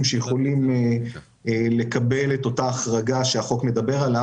שיכולים לקבל את אותה החרגה שהחוק מדבר עליה.